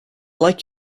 like